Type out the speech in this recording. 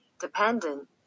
Dependent